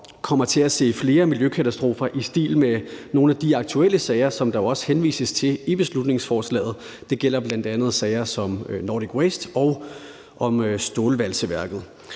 kommer til at se flere miljøkatastrofer i stil med nogle af de aktuelle sager, som der jo også henvises til i beslutningsforslaget. Det gælder bl.a. sagen om Nordic Waste og om stålvalseværket,